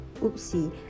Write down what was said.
oopsie